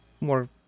more